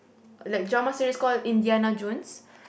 like drama series call Indiana-Jones